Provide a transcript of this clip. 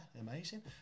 amazing